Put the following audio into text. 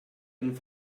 and